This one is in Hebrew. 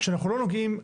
כשאנחנו לא נוגעים,